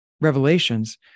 revelations